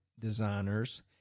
designers